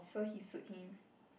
so he sued him